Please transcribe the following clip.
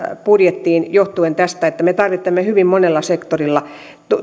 budjettiin johtuen tästä että me tarvitsemme sitä tässä hyvin monella sektorilla